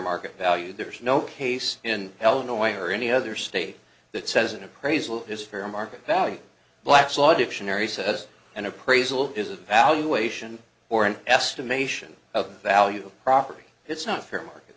market value there is no case in hell no way or any other state that says an appraisal is fair market value black's law dictionary says an appraisal is a valuation or an estimation of value property it's not fair market